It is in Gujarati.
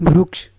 વૃક્ષ